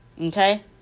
Okay